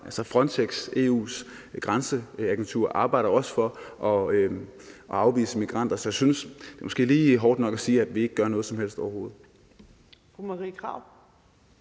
altså, Frontex, EU's grænseagentur, arbejder også for at afvise migranter. Så jeg synes måske, det er lige hårdt nok at sige, at vi ikke gør noget som helst.